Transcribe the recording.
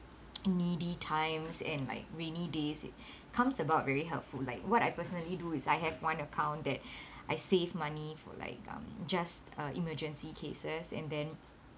needy times and like rainy days it comes about very helpful like what I personally do is I have one account that I save money for like um just uh emergency cases and then